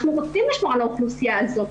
אנחנו רוצים לשמור על האוכלוסייה הזאת.